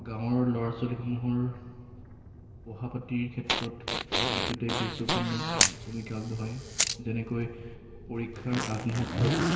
গাঁৱৰ ল'ৰা ছোৱালীসমূহৰ পঢ়া পাতিৰ ক্ষেত্ৰত বিদ্যুতে গুৰুত্বপূৰ্ণ ভূমিকা আগবঢ়ায় যেনেকৈ পৰীক্ষাৰ আগমুহূৰ্ত্তত